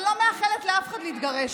אני לא מאחלת לאף אחד להתגרש.